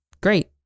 Great